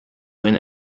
win